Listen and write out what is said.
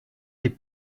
des